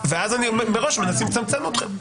ואז אני אומר מראש, מנסים לצמצם אתכם.